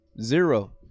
zero